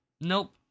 Nope